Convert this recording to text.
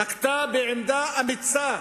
נקטה עמדה אמיצה,